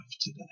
today